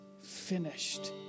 finished